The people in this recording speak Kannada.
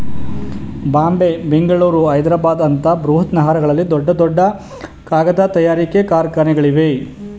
ಬಾಂಬೆ, ಬೆಂಗಳೂರು, ಹೈದ್ರಾಬಾದ್ ಅಂತ ಬೃಹತ್ ನಗರಗಳಲ್ಲಿ ದೊಡ್ಡ ದೊಡ್ಡ ಕಾಗದ ತಯಾರಿಕೆ ಕಾರ್ಖಾನೆಗಳಿವೆ